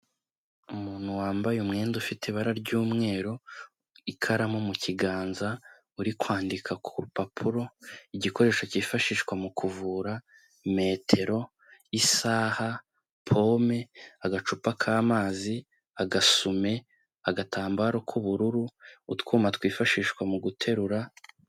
Umuntu wambaye umwenda ufite ibara ry'umweru, ikaramu mu kiganza, uri kwandika ku rupapuro, Igikoresho cyifashishwa mu kuvura. Metero, isaha, pome, agacupa k'amazi agasume, agatambaro k'ubururu, utwuma twifashishwa mu guterura.